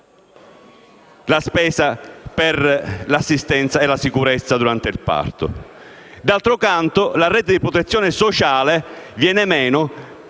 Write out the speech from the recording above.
la spesa per l'assistenza e la sicurezza durante il parto. D'altro canto, la rete di protezione sociale viene meno